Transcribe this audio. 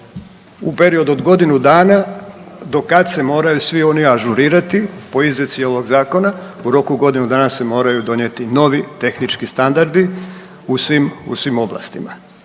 u periodu od godinu dana do kad se moraju svi oni ažurirati po izreci ovog Zakona, u roku godinu dana se moraju donijeti novi tehnički standardi u svim oblastima